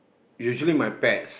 usually my pets